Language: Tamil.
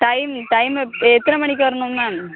டைம் டைம் எப் எத்தனை மணிக்கு வரணுங்க மேம்